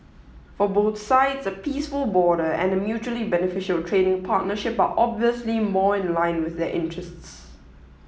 for both sides a peaceful border and a mutually beneficial trading partnership are obviously more in line with their interests